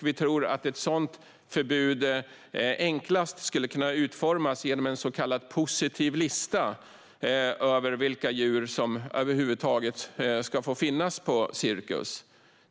Vi tror att ett sådant förbud enklast skulle kunna utformas genom en så kallad positiv lista över vilka djur som över huvud taget ska få finnas på cirkus.